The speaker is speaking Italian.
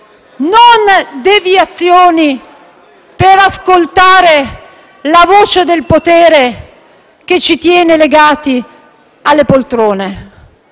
non deviazioni per ascoltare la voce del potere che ci tiene legati alle poltrone.